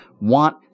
want